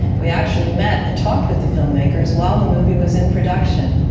we actually met and talked with the filmmakers while the movie was in production.